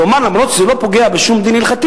כי הוא אמר: אף-על-פי שזה לא פוגע בשום דין הלכתי,